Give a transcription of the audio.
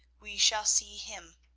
we shall see him,